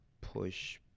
push